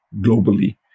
globally